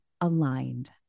aligned